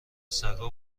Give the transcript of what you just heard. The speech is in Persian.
سگا